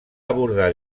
abordar